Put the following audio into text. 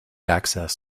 access